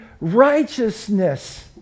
Righteousness